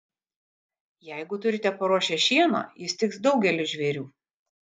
jeigu turite paruošę šieno jis tiks daugeliui žvėrių